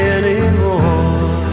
anymore